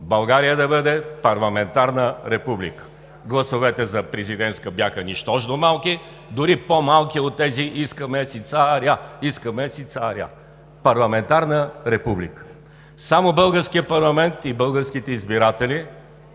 България да бъде парламентарна република. Гласовете за президентска бяха нищожно малки, дори по-малки от тези: „Искаме си царя! Искаме си царя!“ Парламентарна република! Само българският парламент и българските избиратели